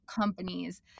companies